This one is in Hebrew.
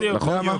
נכון?